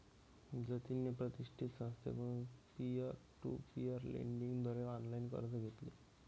जतिनने प्रतिष्ठित संस्थेकडून पीअर टू पीअर लेंडिंग द्वारे ऑनलाइन कर्ज घेतले